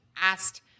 asked